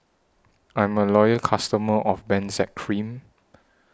I'm A Loyal customer of Benzac Cream